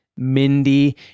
Mindy